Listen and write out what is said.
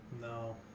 No